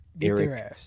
Eric